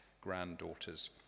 granddaughter's